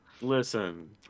Listen